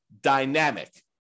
dynamic